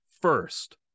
First